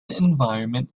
environment